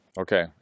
Okay